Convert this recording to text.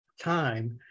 time